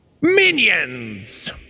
Minions